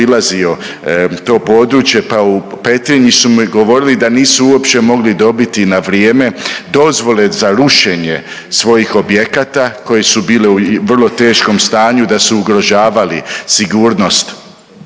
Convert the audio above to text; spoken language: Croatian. to područje, pa u Petrinji su mi govorili da nisu uopće mogli dobiti na vrijeme dozvole za rušenje svojih objekata koji su bili u vrlo teškom stanju da su ugrožavali sigurnost